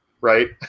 right